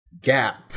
gap